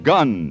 Gun